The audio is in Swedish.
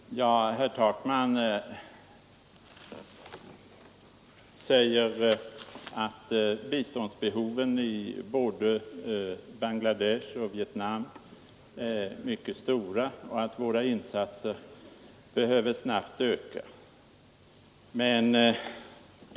Fru talman! Herr Takman säger att biståndsbehoven både i Bangladesh och i Vietnam är mycket stora och att våra insatser snabbt behöver öka.